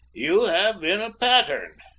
you have been a pattern.